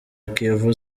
kiyovu